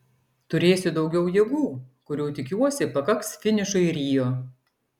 turėsiu daugiau jėgų kurių tikiuosi pakaks finišui rio